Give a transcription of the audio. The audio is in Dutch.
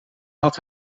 had